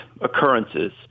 occurrences